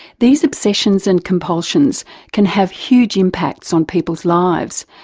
these obsessions and compulsions can have huge impacts on people's lives,